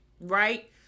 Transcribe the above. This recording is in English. right